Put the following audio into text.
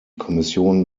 kommission